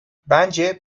bence